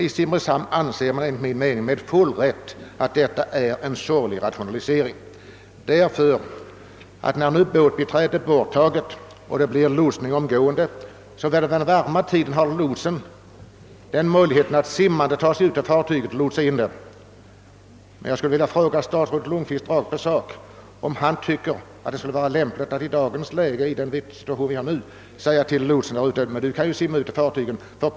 I Simrishamn anser man, enligt min mening med full rätt, att detta är en dålig rationalisering. När nu båtbiträdet är borttaget och det blir fråga om omgående lotsning, har lotsen under den varma årstiden möjlighet att simmande ta sig ut till fartyget och lotsa in detta. Jag skulle dock vilja fråga statsrådet Lundkvist rakt på sak om han tycker att det i dagens läge skulle vara lämpligt att till lotsen där nere säga: Du kan ju simma ut till fartyget.